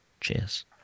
Cheers